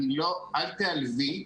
אל תעלבי.